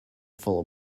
full